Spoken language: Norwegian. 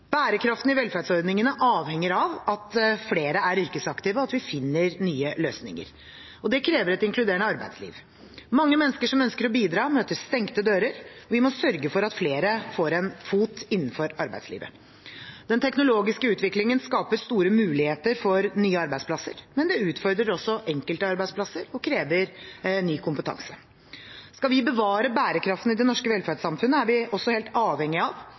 Bærekraften i velferdsordningene avhenger av at flere er yrkesaktive, og at vi finner nye løsninger. Det krever et inkluderende arbeidsliv. Mange mennesker som ønsker å bidra, møter stengte dører. Vi må sørge for at flere får en fot innenfor arbeidslivet. Den teknologiske utviklingen skaper store muligheter for nye arbeidsplasser, men utfordrer også enkelte arbeidsplasser og krever ny kompetanse. Skal vi bevare bærekraften i det norske velferdssamfunnet, er vi også helt avhengig av